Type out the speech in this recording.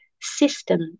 system